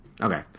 Okay